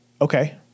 Okay